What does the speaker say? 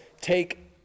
take